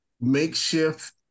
makeshift